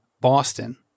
Boston